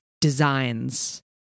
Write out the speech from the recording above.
designs